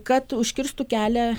kad užkirstų kelią